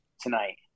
tonight